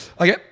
Okay